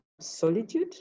Solitude